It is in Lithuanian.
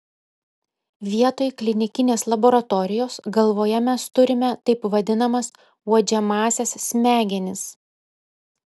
vietoj klinikinės laboratorijos galvoje mes turime taip vadinamas uodžiamąsias smegenis